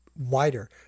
Wider